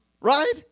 Right